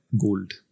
gold